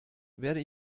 werde